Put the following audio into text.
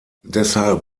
deshalb